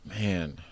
Man